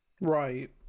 Right